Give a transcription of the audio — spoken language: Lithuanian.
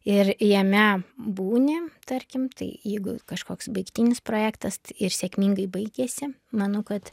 ir jame būni tarkim tai jeigu kažkoks baigtinis projektas ir sėkmingai baigiasi manau kad